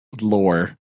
lore